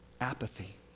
Apathy